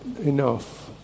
enough